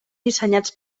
dissenyats